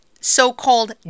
so-called